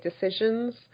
decisions